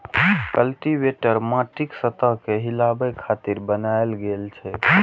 cultivator माटिक सतह कें हिलाबै खातिर बनाएल गेल छै